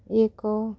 ଏକ